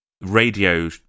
radio